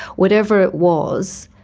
whatever it was,